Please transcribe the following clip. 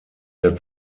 der